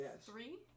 three